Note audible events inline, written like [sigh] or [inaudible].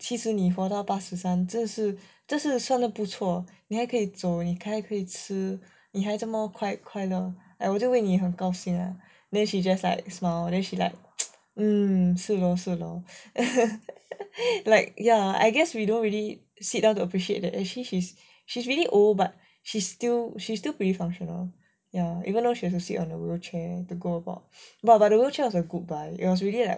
其实你活到八十三这是真的算是不错你还可以走你还可以吃你还这么快乐 like 我就为你很高兴 lah then she just like smile then she like mm 是 lor 是 lor [laughs] like ya I guess we don't really sit down to appreciate that actually she's she's really old but she still she's still pretty functional ya even though she has to sit on a wheelchair and go about but the wheelchair was a good buy it was really like